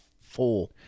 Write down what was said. four